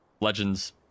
legends